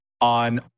on